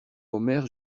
omer